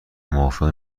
موافق